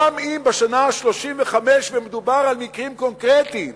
גם אם בשנה ה-35, ומדובר על מקרים קונקרטיים